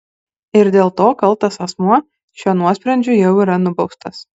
ir dėl to kaltas asmuo šiuo nuosprendžiu jau yra nubaustas